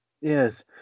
yes